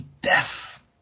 Death